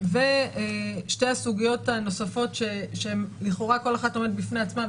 ושתי הסוגיות הנוספות שהן לכאורה כל אחת עומדת בפני עצמה,